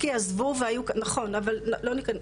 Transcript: נכון, כי עזבו, אבל לא ניכנס לזה.